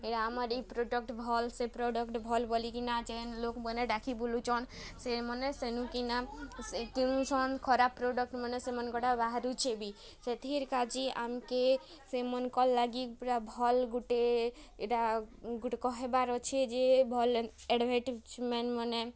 ଇଟା ଆମର୍ ଇ ପ୍ରଡ଼କ୍ବ୍ ଭଲ୍ ସେ ପ୍ରଡ଼କ୍ଟ୍ ଭଲ୍ ବୋଲିକିନା ଯେନ୍ ଲୋକ୍ମାନେ ଡ଼ାକି ବୁଲୁଚନ୍ ସେମାନେ ସେନୁକିନା ସେ କିଣୁଛନ୍ ଖରାପ୍ ପ୍ରଡ଼କ୍ଟ୍ମାନେ ସେମାନଙ୍କର୍ଟା ବାହାରୁଛେ ବି ସେଥିର୍କାଜି ଆମ୍କେ ସେମନଙ୍କର୍ ଲାଗି ପୁରା ଭଲ୍ ଗୁଟେ ଇଟା ଗୁଟେ କହେବାର୍ ଅଛେ ଯେ ଭଲ୍ ଆଡ୍ଭାଟାଇଜ୍ମେଣ୍ଟ୍ମାନେ